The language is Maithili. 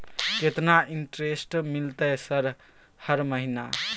केतना इंटेरेस्ट मिलते सर हर महीना?